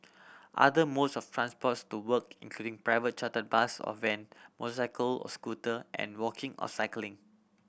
other modes of transports to work incline private chartered bus or van motorcycle or scooter and walking or cycling